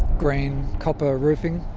grain copper roofing.